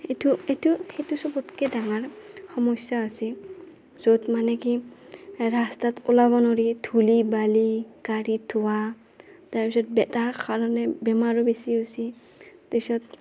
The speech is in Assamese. এইটো এইটো সেইটো চবতকে ডাঙাৰ সমস্যা হৈছি য'ত মানে কি ৰাস্তাত ওলাব ন'ৰি ধূলি বালি গাড়ীৰ ধোঁৱা তাৰপিছত তাৰ কাৰণে বেমাৰো বেছি হৈছি তাৰপিছত